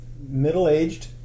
middle-aged